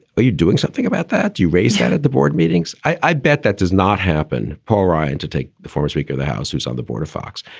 are you doing something about that? you raised that at the board meetings. i bet that does not happen. paul ryan to take the former speaker of the house who's on the board of fox.